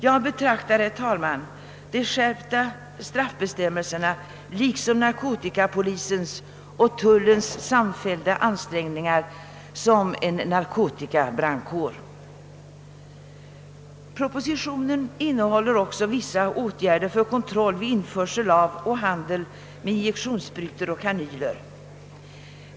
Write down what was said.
Jag betraktar, herr talman, de skärpta straffbestämmelserna liksom narkotikapolisens och tullens samfällda ansträngningar som en »narkotikabrandkår». Propositionen innehåller också vissa itgärder för kontroll vid införsel av och 2andel med injektionssprutor och kanyler.